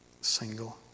single